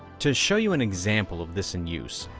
to show you an example of this in use,